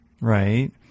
Right